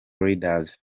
leaders